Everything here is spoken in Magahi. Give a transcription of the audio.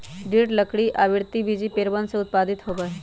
दृढ़ लकड़ी आवृतबीजी पेड़वन से उत्पादित होबा हई